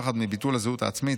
פחד מביטול הזהות העצמית,